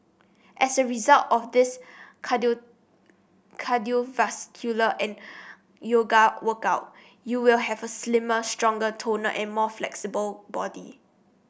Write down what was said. as a result of this cardiovascular and yoga workout you will have a slimmer stronger toner and more flexible body